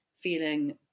feeling